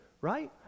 Right